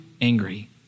angry